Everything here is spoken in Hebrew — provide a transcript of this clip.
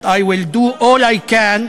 and I will do all I can,